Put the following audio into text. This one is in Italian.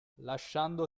lasciando